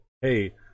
hey